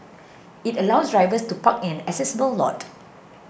it allows drivers to park in an accessible lot